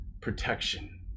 protection